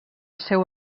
seu